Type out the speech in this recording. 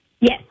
yes